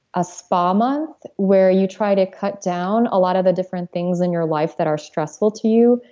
a spa-month, where you try to cut down a lot of the different things in your life that are stressful to you.